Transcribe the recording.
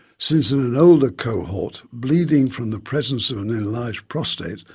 since in an older cohort bleeding from the presence of an enlarged prostate,